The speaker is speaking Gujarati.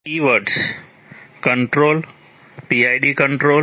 keywords control